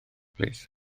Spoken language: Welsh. plîs